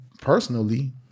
personally